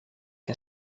and